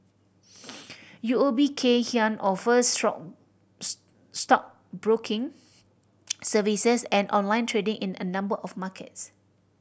U O B Kay Hian offers strong stockbroking services and online trading in a number of markets